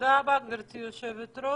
תודה רבה, גברתי היושב-ראש.